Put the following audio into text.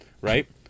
right